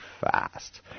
fast